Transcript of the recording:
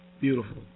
Beautiful